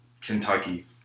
Kentucky